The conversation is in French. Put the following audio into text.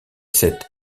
cet